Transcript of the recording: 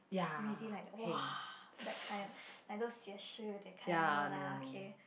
really like !wow! that kind like those 写诗 that kind no lah okay